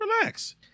relax